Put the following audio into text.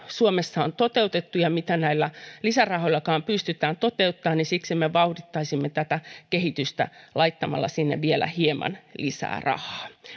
suomessa on toteutettu ja mitä näillä lisärahoillakaan pystytään toteuttamaan ja siksi me vauhdittaisimme tätä kehitystä laittamalla sinne vielä hieman lisää rahaa